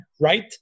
right